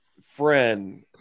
friend